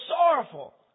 sorrowful